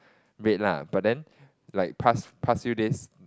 rate lah but then like past past few days